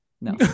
No